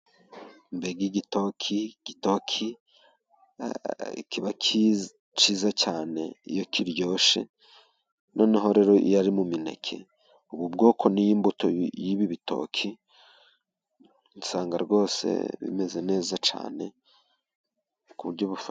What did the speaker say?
Mbega igitoki, igitoki kiba cyiza cyane iyo kiryoshye, noneho rero iyo ari mu mineke. Ubu bwoko n'iyi mbuto y'ibi bitoki usanga rwose bimeze neza cyane ku buryo bufa...